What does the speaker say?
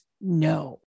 no